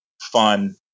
fun